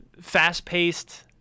fast-paced